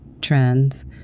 trends